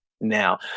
now